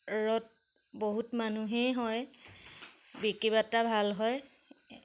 ত বহুত মানুহেই হয় বিক্ৰী বাৰ্তা ভাল হয়